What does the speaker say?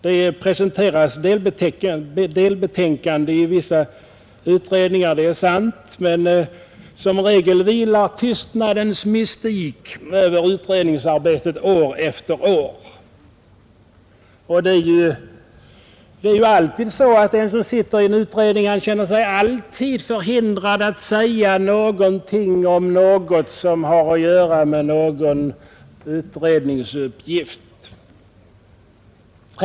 Det presenteras delbetänkanden i vissa utredningar — det är sant — men som regel vilar tystnadens mystik över utredningsarbetet år efter år. Den som sitter i en utredning känner sig alltid förhindrad att säga någonting om något som har med någon utredningsuppgift att göra.